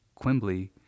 Quimbley